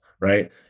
right